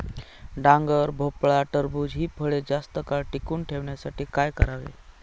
डांगर, भोपळा, टरबूज हि फळे जास्त काळ टिकवून ठेवण्यासाठी काय करावे?